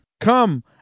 Come